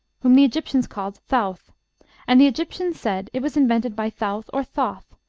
whom the egyptians call thouth and the egyptians said it was invented by thouth, or thoth,